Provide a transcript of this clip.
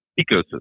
ecosystem